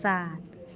सात